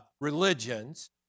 religions